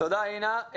תודה, אינה.